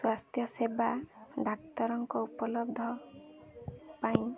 ସ୍ୱାସ୍ଥ୍ୟ ସେବା ଡାକ୍ତରଙ୍କ ଉପଲବ୍ଧ ପାଇଁ